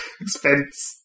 Expense